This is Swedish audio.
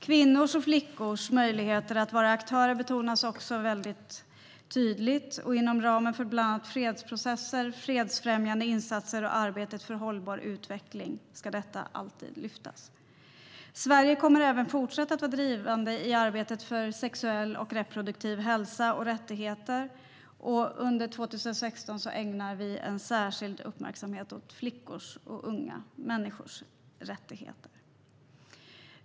Kvinnors och flickors möjligheter att vara aktörer betonas också väldigt tydligt, och inom ramen för bland annat fredsprocesser, fredsfrämjande insatser och arbetet för hållbar utveckling ska detta alltid lyftas fram. Sverige kommer även att fortsätta att vara drivande i arbetet för sexuell och reproduktiv hälsa och rättigheter, och under 2016 ägnar vi särskild uppmärksamhet åt flickors och unga människors rättigheter.